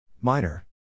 Minor